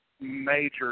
major